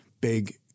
big